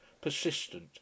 persistent